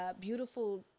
beautiful